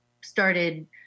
started